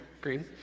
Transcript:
green